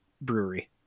brewery